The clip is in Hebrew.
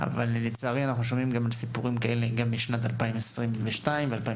אבל לצערי אנחנו שומעים סיפורים כאלה גם בשנת 2022 ו-2023.